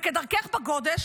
וכדרכך בקודש,